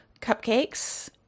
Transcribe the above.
cupcakes